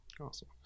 Awesome